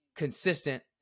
consistent